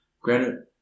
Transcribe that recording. Granted